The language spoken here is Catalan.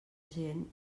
gent